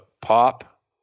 pop